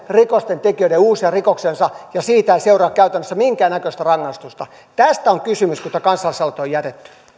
rikostentekijöiden uusia rikoksiansa ja siitä ei seuraa käytännössä minkäännäköistä rangaistusta tästä on kysymys kun tämä kansalaisaloite on jätetty